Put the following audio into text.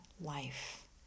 life